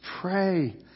Pray